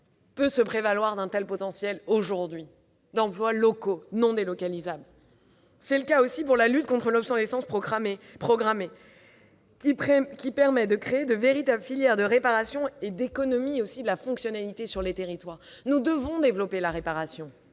peut se prévaloir aujourd'hui d'un tel potentiel d'emplois locaux non délocalisables ? C'est le cas aussi pour la lutte contre l'obsolescence programmée, qui permet de créer de véritables filières de réparation et d'économie de la fonctionnalité sur les territoires. Nous devons encourager la réparabilité